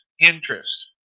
interest